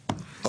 הזה.